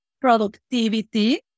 productivity